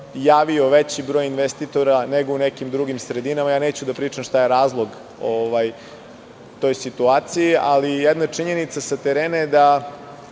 javio veći broj investitora nego u nekim drugim sredinama. Neću da pričam šta je razlog toj situaciji, ali činjenica sa terena jeste